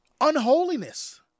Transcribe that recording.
Unholiness